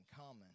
common